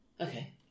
okay